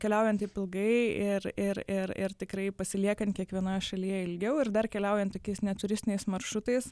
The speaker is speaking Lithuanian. keliaujant taip ilgai ir ir ir ir tikrai pasiliekant kiekvienoje šalyje ilgiau ir dar keliaujant tokiais neturistiniais maršrutais